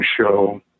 show